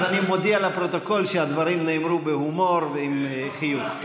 אז אני מודיע לפרוטוקול שהדברים נאמרו בהומור ועם חיוך.